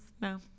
No